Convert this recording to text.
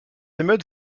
émeutes